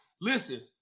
Listen